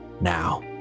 now